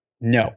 No